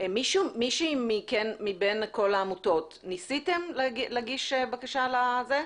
מישהי מבין כל העמותות, ניסיתם להגיש בקשה לזה?